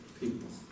people